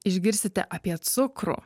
išgirsite apie cukrų